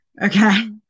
okay